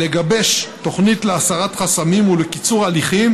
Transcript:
לגבש תוכנית להסרת חסמים ולקיצור הליכים,